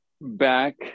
Back